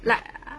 like I